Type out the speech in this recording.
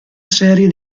serie